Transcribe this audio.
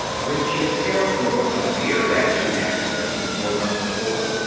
when she had sailed from brooklyn pier that june afternoon, four months before,